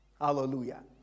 Hallelujah